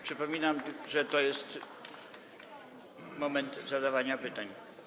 Przypominam, że to jest moment zadawania pytań.